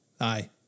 Aye